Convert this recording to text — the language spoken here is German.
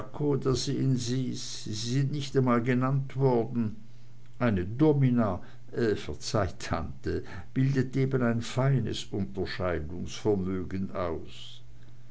da sehen sie's sie sind nicht einmal genannt worden eine domina verzeih tante bildet eben ein feines unterscheidungsvermögen aus